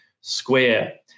Square